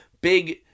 big